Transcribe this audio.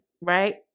right